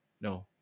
no